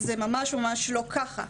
זה ממש לא ככה.